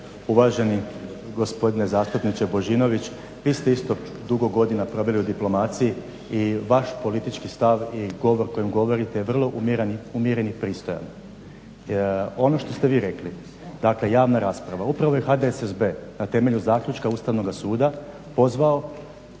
Uvaženi gospodine zastupniče Božinović vi ste isto dugo godina proveli u diplomaciji i vaš politički stav i govor kojim govorite je vrlo umjeren i pristojan. Ono što ste vi rekli, dakle javna rasprava. Upravo je HDSSB na temelju zaključka Ustavnoga suda pozvao